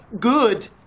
Good